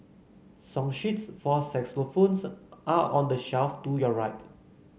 song sheets for xylophones are on the shelf to your right